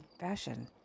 fashion